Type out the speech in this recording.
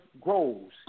grows